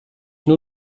nur